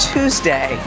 Tuesday